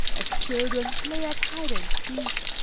as children play at hide and seek,